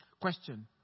Question